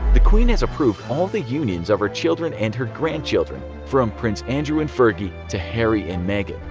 the queen has approved all the unions of her children and her grandchildren from prince andrew and fergie to harry and meghan.